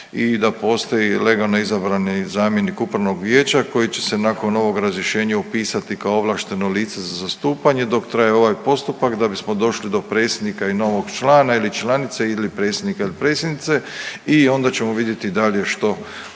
i da postoji legalno izabrani zamjenik upravnog vijeća koji će se nakon ovog razrješenja upisati kao ovlašteno lice za zastupanje dok traje ovaj postupak da bismo došli do predsjednika i novog člana ili članice ili predsjednika ili predsjednice i onda ćemo vidjeti dalje što,